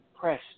Press